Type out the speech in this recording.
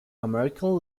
american